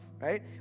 right